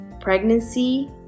pregnancy